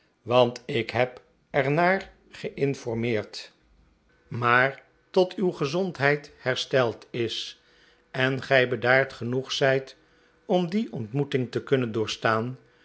want ik heb er naar gemformaarten chuzzlewit meerd maar tot uw gezondheid hersteld is en gij bedaard genoeg zijt om die ontmoeting te kunnen doorstaan